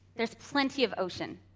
there's plenty of ocean.